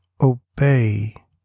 obey